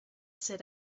sit